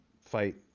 fight